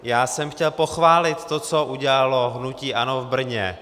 Já jsem chtěl pochválit to, co udělalo hnutí ANO v Brně.